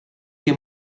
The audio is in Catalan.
que